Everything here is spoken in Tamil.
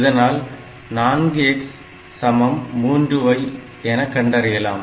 இதனால் 4x சமம் 3y என கண்டறியலாம்